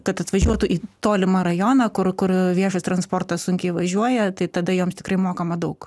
kad atvažiuotų į tolimą rajoną kur kur viešas transportas sunkiai važiuoja tai tada joms tikrai mokama daug